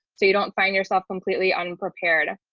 so you don't find yourself completely unprepared.